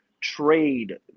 trade